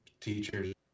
teachers